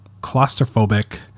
claustrophobic